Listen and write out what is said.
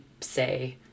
say